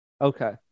Okay